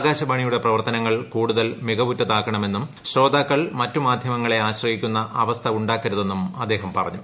ആകാശവാണിയുടെ പ്രവർത്തനങ്ങൾ കൂടുതൽ മികവുറ്റതാക്കണമെന്നും ശ്രോതാക്കൾ മറ്റുമാധ്യമങ്ങളെ ആശ്രയിക്കുന്ന അവസ്ഥ ഉണ്ടാക്കരുതെന്നും അദ്ദേഹം പറഞ്ഞു